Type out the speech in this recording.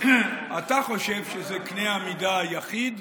אתה חושב שזה קנה המידה היחיד,